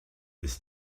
this